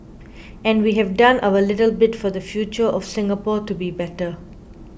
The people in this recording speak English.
and we have done our little bit for the future of Singapore to be better